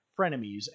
frenemies